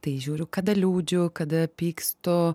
tai žiūriu kada liūdžiu kada pykstu